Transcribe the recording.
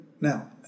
Now